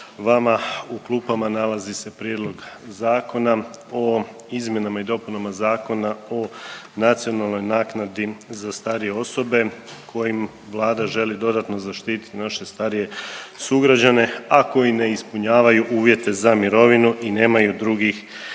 vama u klupama nalazi se Prijedlog zakona o izmjenama i dopunama Zakona o nacionalnoj naknadi za starije osobe kojim Vlada želi dodatno zaštitit naše starije sugrađane, a koji ne ispunjavaju uvjete za mirovinu i nemaju drugih